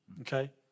okay